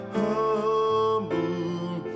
humble